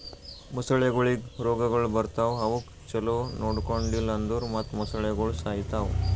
ಮೊಸಳೆಗೊಳಿಗ್ ರೋಗಗೊಳ್ ಬರ್ತಾವ್ ಅವುಕ್ ಛಲೋ ನೊಡ್ಕೊಂಡಿಲ್ ಅಂದುರ್ ಮತ್ತ್ ಮೊಸಳೆಗೋಳು ಸಾಯಿತಾವ್